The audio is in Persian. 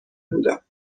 بودم